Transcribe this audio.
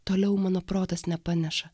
toliau mano protas nepaneša